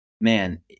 man